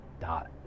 dot